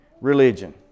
religion